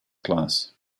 class